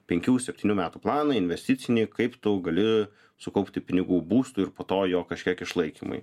penkių septynių metų planą investicinį kaip tu gali sukaupti pinigų būstui ir po to jo kažkiek išlaikymui